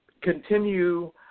continue